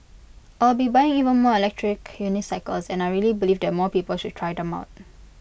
I will be buying even more electric unicycles and I really believe that more people should try them out